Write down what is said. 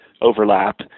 overlap